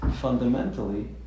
fundamentally